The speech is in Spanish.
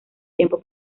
tiempo